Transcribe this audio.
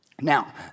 Now